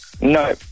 No